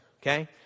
okay